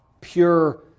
pure